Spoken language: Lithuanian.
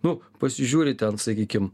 nu pasižiūri ten sakykim